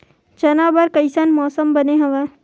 चना बर कइसन मौसम बने हवय?